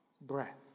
breath